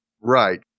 Right